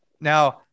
Now